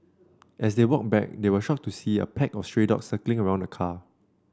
as they walked back they were shocked to see a pack of stray dogs circling around the car